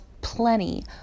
plenty